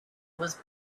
was